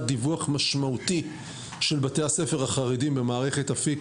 דיווח משמעותי של בתי הספר החרדיים במערכת אפיק,